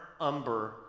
umber